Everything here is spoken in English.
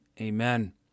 amen